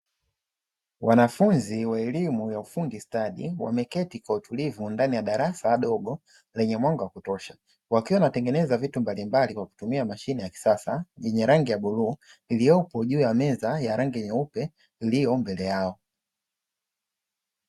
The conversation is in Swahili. Wanafunzi wa elimu ya ufundi stadi wameketi kwa utulivu ndani ya darasa dogo lenye mwanga wa kutosha, wakiwa wanatengeneza vitu mbalimbali kwa kutumia mashine ya kisasa yenye rangi ya bluu iliyopo juu ya meza ya rangi nyeupe iliyo mbele yao.